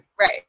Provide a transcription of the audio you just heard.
right